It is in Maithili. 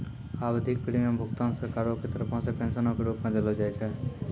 आवधिक प्रीमियम भुगतान सरकारो के तरफो से पेंशनो के रुप मे देलो जाय छै